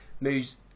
moves